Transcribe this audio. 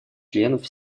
членов